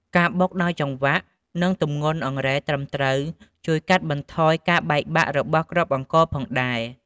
ការបុកដោយចង្វាក់ និងទម្ងន់អង្រែត្រឹមត្រូវជួយកាត់បន្ថយការបាក់បែករបស់គ្រាប់អង្ករផងដែរ។